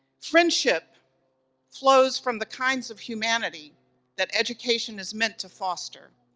friendship flows from the kinds of humanity that education is meant to foster,